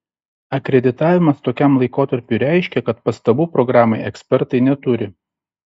akreditavimas tokiam laikotarpiui reiškia kad pastabų programai ekspertai neturi